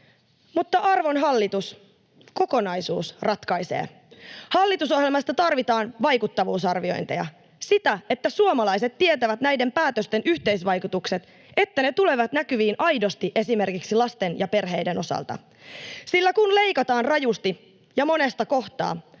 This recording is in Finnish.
Mutta, arvon hallitus, kokonaisuus ratkaisee. Hallitusohjelmasta tarvitaan vaikuttavuusarviointeja, sitä, että suomalaiset tietävät näiden päätösten yhteisvaikutukset, että ne tulevat näkyviin aidosti esimerkiksi lasten ja perheiden osalta. Nimittäin kun leikataan rajusti ja monesta kohtaa,